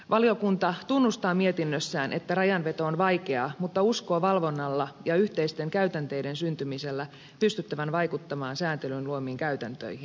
valiokunta tunnustaa mietinnössään että rajanveto on vaikeaa mutta uskoo valvonnalla ja yhteisten käytänteiden syntymisellä pystyttävän vaikuttamaan sääntelyn luomiin käytäntöihin